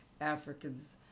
Africans